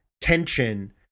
tension